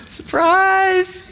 Surprise